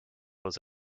was